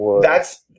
thats